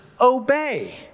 obey